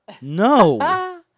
no